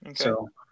Okay